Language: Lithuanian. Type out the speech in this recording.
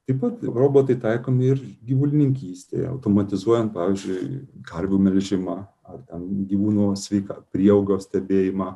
taip pat robotai taikomi ir gyvulininkystėje automatizuojant pavyzdžiui karvių melžimą ar ten gyvūno sveika prieaugio stebėjimą